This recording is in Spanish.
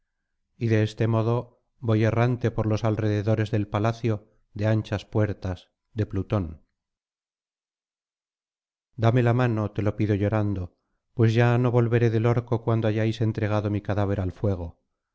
y de este modo voj errante por los alrededores del palacio de anchas puertas de plutón dame la mano te lo pido llorando pues ya no volveré del orco cuando hayáis entregado mi cadáver al fuego